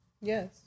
Yes